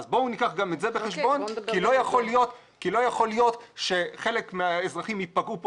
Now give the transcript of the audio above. אז בואו ניקח גם את זה בחשבון כי לא יכול להיות שחלק מהאזרחים ייפגעו פה